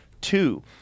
Two